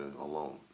alone